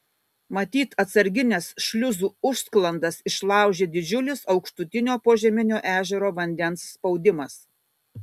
matyt atsargines šliuzų užsklandas išlaužė didžiulis aukštutinio požeminio ežero vandens spaudimas